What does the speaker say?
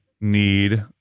need